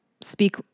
speak